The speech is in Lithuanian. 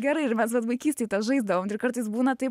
gerai ir mes dar vaikystėj žaisdavom ir kartais būna taip